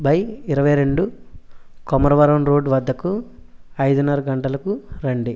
by ఇరవై రెండు Komaravaram road వద్దకు ఐదున్నార గంటలకు రండి